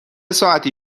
ساعتی